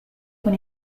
con